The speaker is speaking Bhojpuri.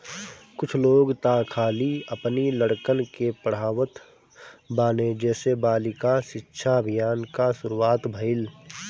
कुछ लोग तअ खाली अपनी लड़कन के पढ़ावत बाने जेसे बालिका शिक्षा अभियान कअ शुरुआत भईल